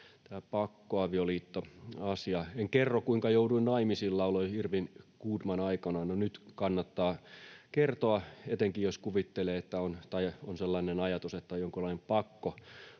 tämä pakkoavioliittoasia. ”En kerro, kuinka jouduin naimisiin”, lauloi Irwin Goodman aikanaan. No, nyt kannattaa kertoa, etenkin, jos on sellainen ajatus, että on jonkunlainen pakko